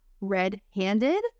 red-handed